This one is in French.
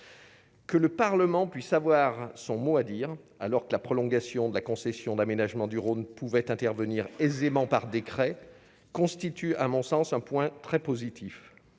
Que le Parlement puisse avoir son mot à dire, alors que la prolongation de la concession d'aménagement du Rhône pouvait intervenir aisément par décret constitue à mon sens un point très positif